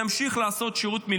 אפילו 20 שנה,